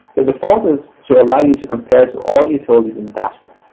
the default is to allow you to compare to all utilities in the dashboard.